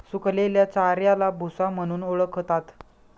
सुकलेल्या चाऱ्याला भुसा म्हणून ओळखतात